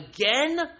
again